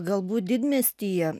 galbūt didmiestyje